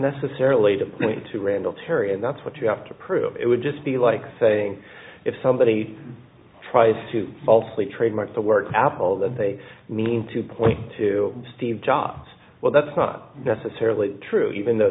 necessarily to point to randall terry and that's what you have to prove it would just be like saying if somebody tries to falsely trademark the word apple that they mean to point to steve jobs well that's not necessarily true even though